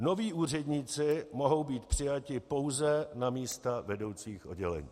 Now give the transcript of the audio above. Noví úředníci mohou být přijati pouze na místa vedoucích oddělení.